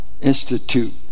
Institute